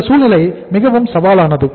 அந்த சூழ்நிலை மிகவும் சவாலானது